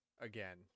again